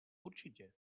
určitě